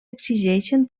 exigeixen